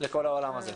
לכל העולם הזה.